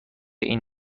این